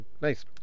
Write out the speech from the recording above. Nice